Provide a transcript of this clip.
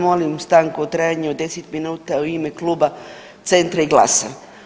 Molim stanku u trajanju od deset minuta u ime kluba Centra i GLAS-a.